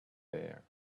there